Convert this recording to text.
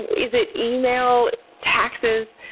is it email? taxes?